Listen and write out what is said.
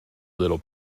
little